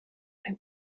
ein